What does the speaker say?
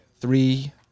three